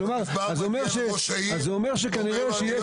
כלומר, זה אומר שכנראה שיש.